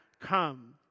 come